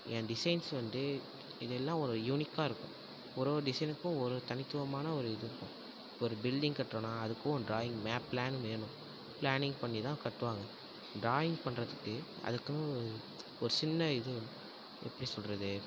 என் designs வந்து இது எல்லாம் ஒரு யூனிக்காக இருக்கும் ஒரு ஒரு டிசைனுக்கும் ஒரு தனித்துவமான ஒரு இது இருக்கும் ஒரு பில்டிங் கட்டுறோன்னா அதுக்கும் ஒரு ட்ராயிங் மேப் ப்ளான் வேணும் ப்ளானிங் பண்ணி தான் கட்டுவாங்க ட்ராயிங் பண்ணுறதுக்கு அதுக்குன்னு ஒரு ஒரு சின்ன இது எப்படி சொல்வது